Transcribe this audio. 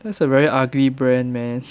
that's a very ugly brand man